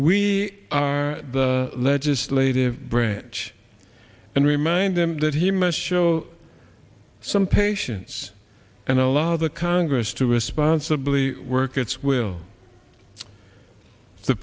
we are the legislative branch and remind them that he must show some patience and allow the congress to responsibly work its will the